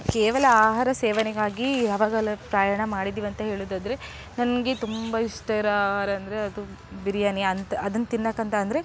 ಕೇವಲ ಆಹಾರ ಸೇವನೆಗಾಗಿ ಯಾವಾಗಲಾದ್ರು ಪ್ರಯಾಣ ಮಾಡಿದೀವಂತ ಹೇಳೋದಾದ್ರೆ ನನಗೆ ತುಂಬ ಇಷ್ಟ ಇರೋ ಆಹಾರ ಅಂದರೆ ಅದು ಬಿರಿಯಾನಿ ಅಂತ ಅದನ್ನು ತಿನ್ನೋಕ್ಕಂತ ಅಂದರೆ